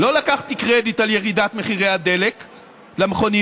לא לקחתי קרדיט על ירידת מחירי הדלק למכוניות,